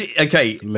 okay